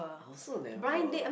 I also never